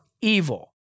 evil